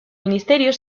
ministerio